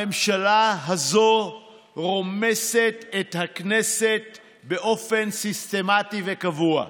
הממשלה הזאת רומסת את הכנסת באופן סיסטמטי וקבוע.